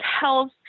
health